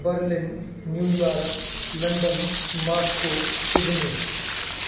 Berlin New York London Moscow Sydney